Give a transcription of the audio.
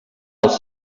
els